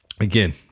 again